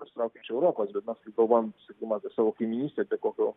pasitraukiančių europos bet mes kaip galvojam sakykim apie savo kaimynystę apie kokio